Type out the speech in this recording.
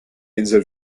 insel